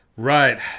Right